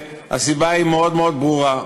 והסיבה היא מאוד מאוד ברורה.